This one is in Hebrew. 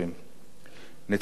נציגי משרד החקלאות